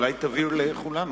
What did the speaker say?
אולי תבהיר לכולנו,